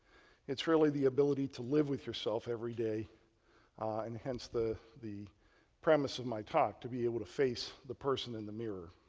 it's really the ability to live with yourself every day and hence the the premise of my talk to be able to face the person in the mirror.